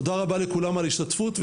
תודה רבה לכולם על ההשתתפות,